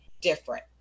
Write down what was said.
different